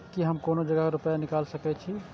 की हम कोनो जगह रूपया निकाल सके छी?